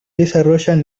desarrollan